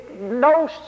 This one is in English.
No